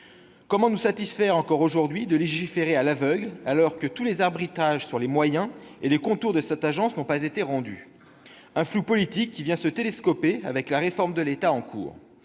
Comment nous satisfaire de légiférer à l'aveugle, alors que tous les arbitrages sur les moyens et les contours de cette agence n'ont pas été rendus ? Ce flou politique vient se télescoper avec la réforme de l'État en cours,